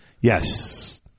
Yes